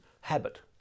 Habit